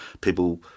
people